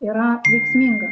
yra veiksmingas